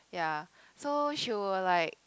ya so she will like